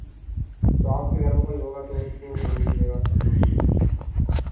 तो आपके घर में कोई होगा तो उसको बोल दीजिएगा जो भी है